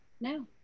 No